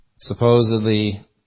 Supposedly